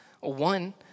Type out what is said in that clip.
one